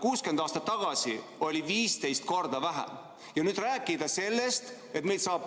60 aastat tagasi oli 15 korda vähem. Ja nüüd rääkida, et meil saab